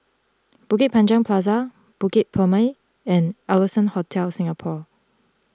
Bukit Panjang Plaza Bukit Purmei and Allson Hotel Singapore